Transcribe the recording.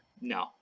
No